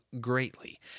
greatly